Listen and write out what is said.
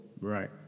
Right